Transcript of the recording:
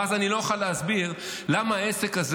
ואז אני לא אוכל להסביר למה העסק הזה